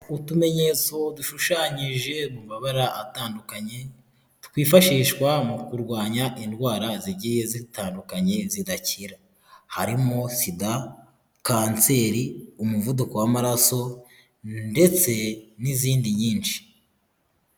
Utumenyetso dushushanyije mu mabara atandukanye twifashishwa mu kurwanya indwara zigiye zitandukanye zidakira. Harimo SIDA, kanseri, umuvuduko w'amaraso ndetse n'izindi nyinshi.